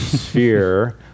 sphere